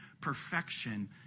perfection